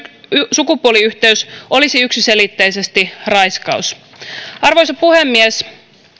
sukupuoliyhteys olisi yksiselitteisesti raiskaus arvoisa puhemies